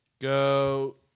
Go